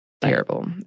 terrible